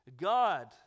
God